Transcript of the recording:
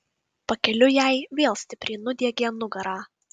pakeliui jai vėl stipriai nudiegė nugarą